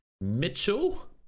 mitchell